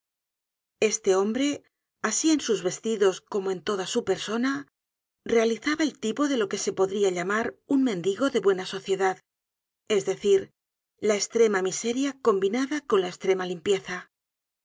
este hombre asi en sus vestidos como en toda su persona realizaba el tipo de lo que se podria llamar un mendigo de buena sociedad es decir la estrema miseria combinada con la estrema limpieza